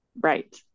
right